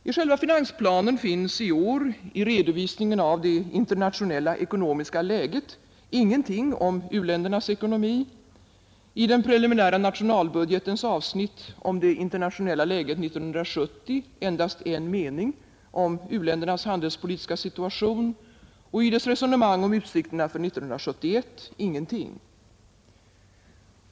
I själva finansplanen finns i år i redovisningen av det internationella ekonomiska läget ingenting om u-ländernas ekonomi, i den preliminära nationalbudgetens avsnitt om det internationella läget 1970 endast en mening om u-ländernas handelspolitiska situation och i dess resonemang om utsikterna för 1971 ingenting.